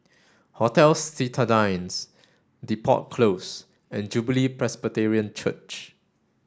Hotel Citadines Depot Close and Jubilee Presbyterian Church